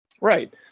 Right